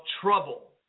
trouble